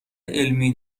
علمی